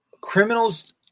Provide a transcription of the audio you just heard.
criminals